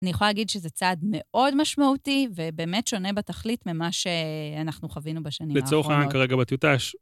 אני יכולה להגיד שזה צעד מאוד משמעותי ובאמת שונה בתכלית ממה שאנחנו חווינו בשנים האחרונות. לצורך העניין, כרגע בטיוטא.